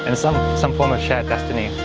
and some some fall of shared destiny.